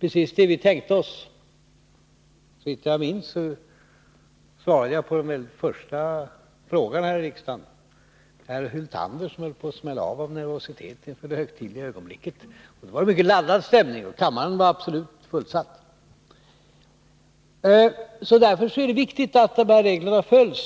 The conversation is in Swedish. precis vad vi tänkte oss. Såvitt jag minns rätt svarade jag på den första frågan här i riksdagen. Den hade framställts av herr Hyltander, som höll på att smälla av av nervositet inför det högtidliga ögonblicket. Det var en mycket laddad stämning den gången, och kammaren var absolut fullsatt. Det är viktigt att reglerna följs.